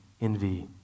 envy